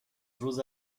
روز